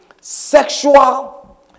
Sexual